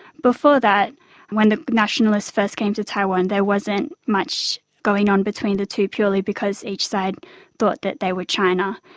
before that when the nationalists first came to taiwan there wasn't much going on between the two, purely because each side thought that they were china.